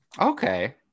Okay